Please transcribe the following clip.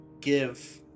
give